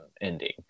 ending